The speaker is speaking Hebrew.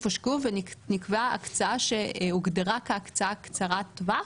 הושקע ונקבעה הקצאה שהוגדרה כהקצאה קצרת טווח,